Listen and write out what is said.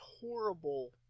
horrible